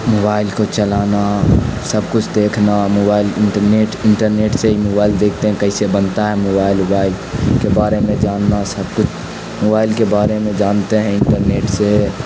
mobile کو چلانا سب کچھ دیکھنا موبائل اٹرنیٹ انٹرنیٹ سے ہی موبائل دیکھتے ہیں کییسے بنتا ہے موبائل ووبائل کے بارے میں جاننا سب کچھ موبائل کے بارے میں جانتے ہیں انٹرنیٹ سے